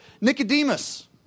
Nicodemus